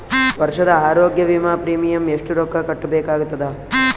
ವರ್ಷದ ಆರೋಗ್ಯ ವಿಮಾ ಪ್ರೀಮಿಯಂ ಎಷ್ಟ ರೊಕ್ಕ ಕಟ್ಟಬೇಕಾಗತದ?